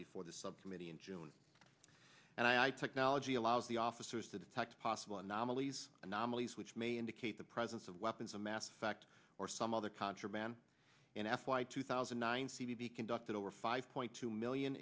before the subcommittee in june and i technology allows the officers to detect possible anomalies anomalies which may indicate the presence of weapons of mass effect or some other contraband in f y two thousand nine c v be conducted over five point two million